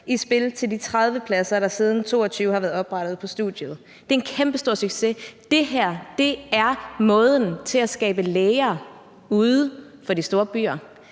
i spil til de 30 pladser, der siden 2022 har været oprettet på studiet. Det er en kæmpestor succes. Det her er måden at skabe læger uden for de store byer.